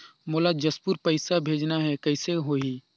मोला जशपुर पइसा भेजना हैं, कइसे होही?